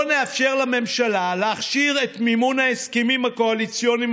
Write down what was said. לא נאפשר לממשלה להכשיר את מימון ההסכמים הקואליציוניים